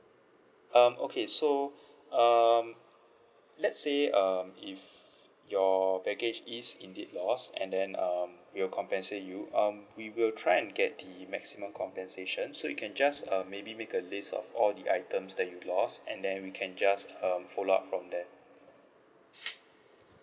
um okay so um let's say um if your baggage is indeed lost and then um we'll compensate you um we will try and get the maximum compensation so you can just um maybe make a list of all the items that you lost and then we can just um follow up from there